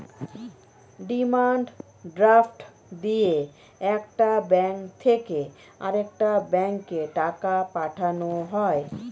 demand draft দিয়ে একটা bank থেকে আরেকটা ব্যাঙ্কে টাকা পাঠানো হয়